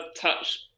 touch